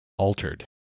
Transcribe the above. altered